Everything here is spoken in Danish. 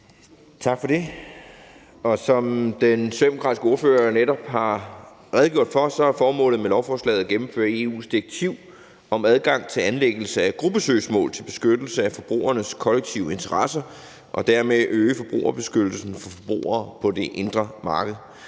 Tak for det. Som den socialdemokratiske ordfører netop har redegjort for, er formålet med lovforslaget at gennemføre EU's direktiv om adgang til anlæggelse af gruppesøgsmål til beskyttelse af forbrugernes kollektive interesser og dermed øge forbrugerbeskyttelsen på det indre marked.